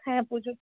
হ্যাঁ পুজোর